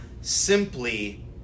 simply